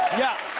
yeah.